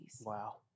Wow